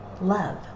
love